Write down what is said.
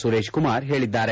ಸುರೇಶ್ಕುಮಾರ್ ಹೇಳಿದ್ದಾರೆ